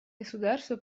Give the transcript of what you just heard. государства